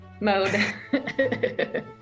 mode